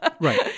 Right